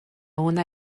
una